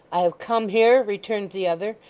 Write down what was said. i have come here returned the other,